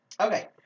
Okay